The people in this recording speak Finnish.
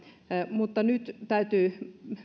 mutta nyt täytyy